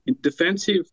defensive